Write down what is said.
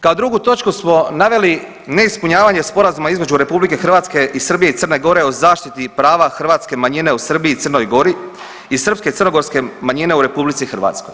Kao drugu točku smo naveli neispunjavanje Sporazuma između RH i Srbije i Crne Gore o zaštiti prava hrvatske manjine u Srbiji i Crnoj Gori i srpske i crnogorske manjine u RH.